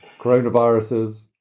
Coronaviruses